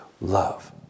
love